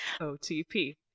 OTP